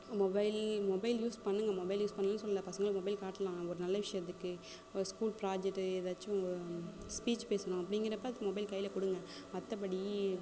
mobile mobile use பண்ணுங்க mobile use பண்ணலன்னு சொல்லலை பசங்களுக்கு மொபைல் காட்டலாம் நம்ம ஒரு நல்ல விஷயத்துக்கு ஒரு ஸ்கூல் ப்ராஜெட்டு எதாச்சும் ஸ்பீச் பேசணும் அப்படிங்கிறப்ப மொபைல் கையில் கொடுங்க மற்றபடி